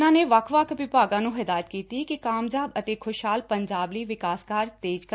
ਉਨ੍ਹਾਂ ਨੇ ਵੱਖ ਵੱਖ ਵਿਭਾਗਾਂ ਨੂੰ ਹਦਾਇਤ ਕੀਤੀ ਏ ਕਿ ਕਾਮਯਾਬ ਅਤੇ ਖੁਸ਼ਹਾਲ ਪੰਜਾਬ ਲਈ ਵਿਕਾਸ ਕਾਰਜ ਤੇਜ ਕਰਨ